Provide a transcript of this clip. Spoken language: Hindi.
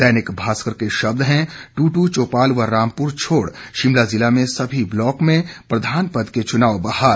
दैनिक भास्कर के शब्द हैं टूटू चौपाल व रामपुर को छोड़ शिमला जिला में सभी ब्लॉक में प्रधान पद के चुनाव बहाल